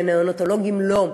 ולנאונטולוגים לא.